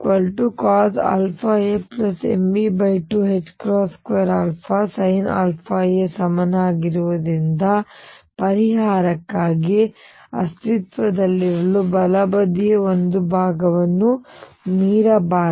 Cos ka CosαamV22α Sinαa ಸಮಾನವಾಗಿರುವುದರಿಂದ ಪರಿಹಾರಕ್ಕಾಗಿ ಅಸ್ತಿತ್ವದಲ್ಲಿರಲು ಬಲಬದಿಯ ಒಂದು ಭಾಗವನ್ನು ಮೀರಬಾರದು